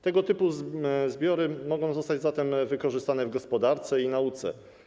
Tego typu zbiory mogą zostać zatem wykorzystane w gospodarce i nauce.